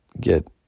get